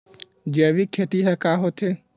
जैविक खेती ह का होथे?